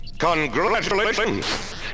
Congratulations